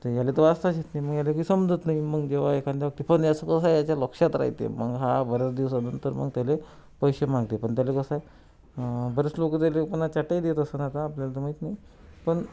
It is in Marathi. तर ह्याले तर वाचताच येत नाही मग यालेबी समजत नाही मग जेवा एखांदा पहले असं कसं याच्या लक्षात रायते मग हा बऱ्याच दिवसानंतर मग त्याले पैसे मांगते पन त्याले कसं बरेच लोकं त्याले पुना चाटाई देत असन का आपल्याला तर माहीत नाही पण